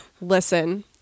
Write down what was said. Listen